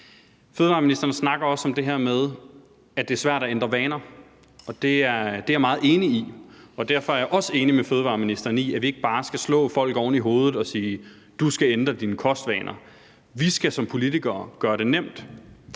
Fødevareministeren snakker også om det her med, at det er svært at ændre vaner, og det er jeg meget enig i. Derfor er jeg også enig med fødevareministeren i, at vi ikke bare skal slå folk oven i hovedet og sige: Du skal ændre dine kostvaner. Vi skal som politikere gøre det nemt.